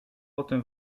potem